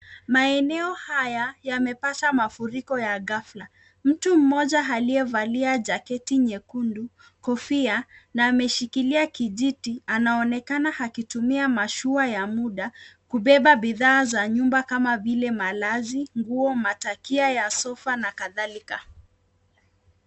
Maeneo haya yamepata mafiriko ya gafla, mtu mmoja alie valia jaketi nyekundu, kofia, na ameshikilia kijiti, anaonekana akitimia mashua ya muda kubeba bidhaa za nyumba kama vile; malazi, nguo, matakia ya sofa na kadhalika.